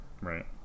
right